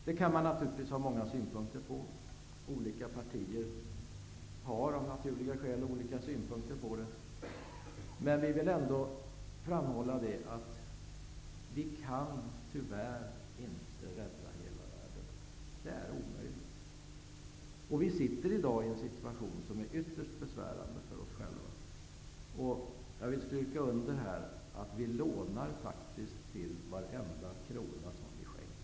Det kan man naturligtvis ha många synpunkter på. Olika partier har av naturliga skäl olika synpunkter på detta. Men vi vill ändå framhålla att vi i Sverige tyvärr inte kan rädda hela världen. Det är omöjligt. Vi sitter i dag i en situation som är ytterst besvärande för oss själva. Jag vill här understryka att vi faktiskt lånar till varenda krona som vi skänker bort.